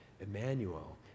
Emmanuel